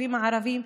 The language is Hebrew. מהמובילים,